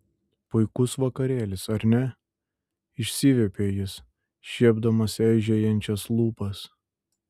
puikus vakarėlis ar ne išsiviepė jis šiepdamas eižėjančias lūpas